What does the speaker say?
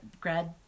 grad